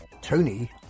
Tony